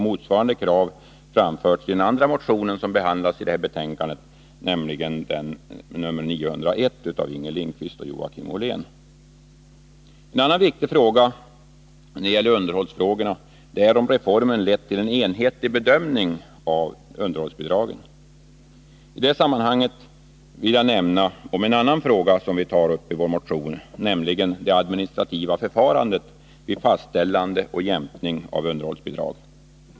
Motsvarande krav har framförts i den andra motionen som behandlas i detta utskottsbetänkande, nämligen motionen 901 av Inger Lindquist och Joakim Ollén. En annan viktig fråga när det gäller underhåll till barn är om reformen lett till en enhetlig bedömning av underhållsbidragen. I detta sammanhang vill jag nämna en annan fråga som vi tar upp i vår motion, nämligen den om det administrativa förfarandet vid fastställande och jämkning av underhållsbidrag.